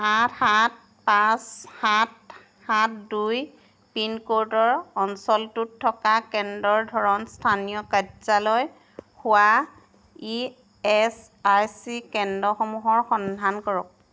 আঠ সাত পাঁচ সাত সাত দুই পিনক'ডৰ অঞ্চলটোত থকা কেন্দ্ৰৰ ধৰণ স্থানীয় কাৰ্যালয় হোৱা ই এছ আই চি কেন্দ্ৰসমূহৰ সন্ধান কৰক